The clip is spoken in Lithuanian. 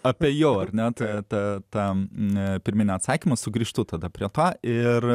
apie jo ar net etatams ne pirminio atsakymo sugrįžtų tada prie to ir